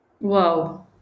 Wow